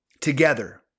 Together